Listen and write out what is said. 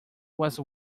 was